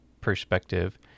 perspective